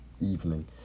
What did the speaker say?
evening